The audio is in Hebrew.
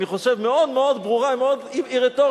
אני חושב, מאוד מאוד ברורה, היא מאוד, היא רטורית,